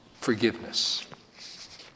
forgiveness